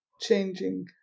changing